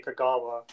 Kagawa